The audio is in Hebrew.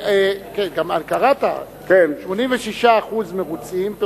כן, גם קראת, 86% מרוצים.